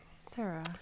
Sarah